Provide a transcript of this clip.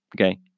Okay